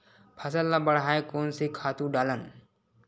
फसल ल बढ़ाय कोन से खातु डालन?